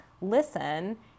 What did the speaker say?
listen